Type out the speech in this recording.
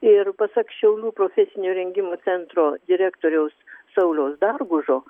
ir pasak šiaulių profesinio rengimo centro direktoriaus sauliaus dargužo